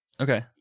okay